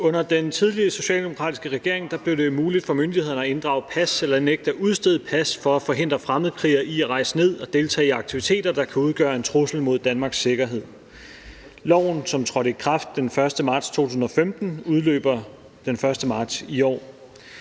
Under den tidligere socialdemokratiske regering blev det muligt for myndighederne at inddrage pas eller nægte at udstede pas for at forhindre fremmedkrigere i at rejse ud og deltage i aktiviteter, der kunne udgøre en trussel mod Danmarks sikkerhed. Loven, som trådte i kraft den 1. marts i 2015, udløber den 1. marts i år.